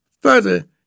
further